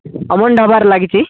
ଅମନ ଢାବାରେ ଲାଗିଛି